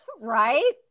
Right